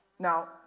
Now